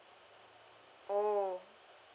oh